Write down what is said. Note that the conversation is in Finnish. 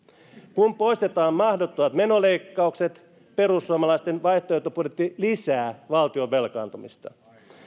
kun poistetaan mahdottomat menoleikkaukset perussuomalaisten vaihtoehtobudjetti lisää valtion velkaantumista